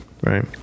right